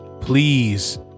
please